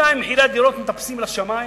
בינתיים מחירי הדירות מטפסים לשמים,